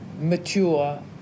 mature